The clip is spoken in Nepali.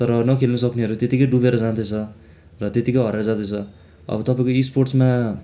तर नखेल्नुसक्नेहरू त्यतिकै डुलेर जाँदैछ र त्यत्तिकै हराएर जाँदैछ अब तपाईँको स्पोर्ट्समा